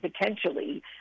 potentially